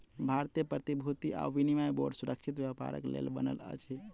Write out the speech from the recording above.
भारतीय प्रतिभूति आ विनिमय बोर्ड सुरक्षित व्यापारक लेल बनल अछि